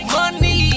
money